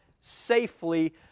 safely